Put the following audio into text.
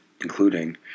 including